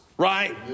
Right